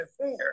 affair